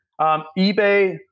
eBay